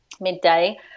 midday